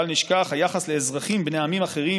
בל נשכח, היחס לאזרחים בני עמים אחרים